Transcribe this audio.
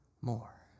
more